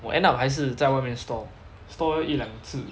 我 end up 还是在外面 stall stall 一两次